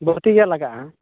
ᱵᱟᱹᱲᱛᱤ ᱜᱮ ᱞᱟᱜᱟᱜᱼᱟ ᱯᱚᱭᱥᱟ